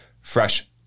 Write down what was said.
fresh